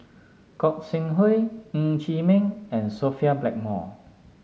Gog Sing Hooi Ng Chee Meng and Sophia Blackmore